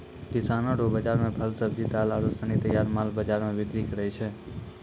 किसानो रो बाजार मे फल, सब्जी, दाल आरू सनी तैयार माल बाजार मे बिक्री करै छै